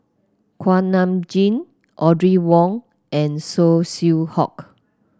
Kuak Nam Jin Audrey Wong and Saw Swee Hock